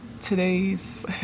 today's